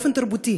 באופן תרבותי,